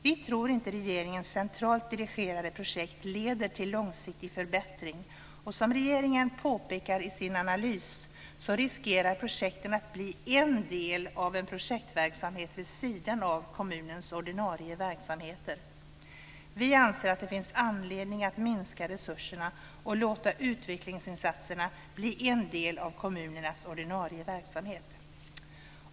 Vi tror inte att regeringens centralt dirigerade projekt leder till långsiktig förbättring. Som regeringen påpekar i sin analys riskerar projekten att bli en del av en projektverksamhet vid sidan av kommunernas ordinarie verksamheter. Vi anser att det finns anledning att minska resurserna och låta utvecklingsinsatserna bli en del av kommunernas ordinarie verksamhet.